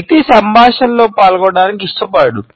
వ్యక్తి సంభాషణలో పాల్గొనడానికి ఇష్టపడడు